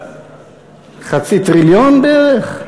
חצי טריליון בערך?